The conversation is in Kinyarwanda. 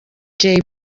jay